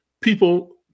people